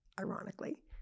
ironically